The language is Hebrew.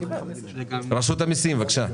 רשות המסים, בבקשה.